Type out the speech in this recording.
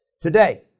Today